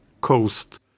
coast